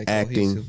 acting